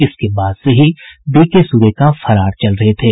इसके बाद से ही बी के सुरेका फरार चल रहे थे